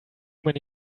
many